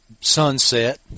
sunset